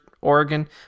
Oregon